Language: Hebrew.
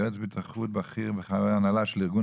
יועץ בטיחות בכיר וחבר הנהלה של ארגון